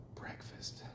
Breakfast